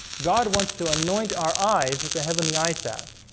god wants to anoint our eyes with the heavenly eye salve